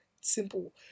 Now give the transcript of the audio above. simple